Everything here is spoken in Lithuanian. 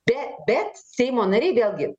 be bet seimo nariai vėlgi